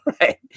Right